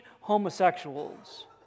homosexuals